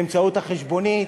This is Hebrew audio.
באמצעות החשבונית,